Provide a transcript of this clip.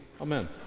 Amen